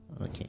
Okay